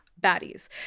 baddies